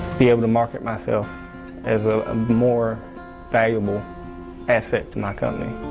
be able to market myself as a ah more valuable asset to my company.